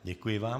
Děkuji vám.